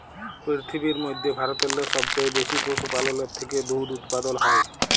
পিরথিবীর ম্যধে ভারতেল্লে সবচাঁয়ে বেশি পশুপাললের থ্যাকে দুহুদ উৎপাদল হ্যয়